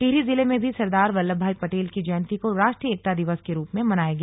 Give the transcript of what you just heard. टिहरी जिले में भी सरदार बल्लभ भाई पटेल की जयंती को राष्ट्रीय एकता दिवस के रूप में मनाया गया